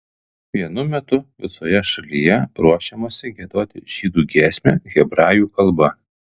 vienu metu visoje šalyje ruošiamasi giedoti žydų giesmę hebrajų kalba